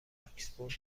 آکسفورد